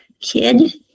kid